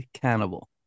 cannibal